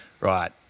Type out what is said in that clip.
right